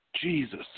Jesus